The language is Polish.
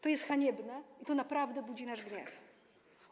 To jest haniebne i to naprawdę budzi nasz gniew.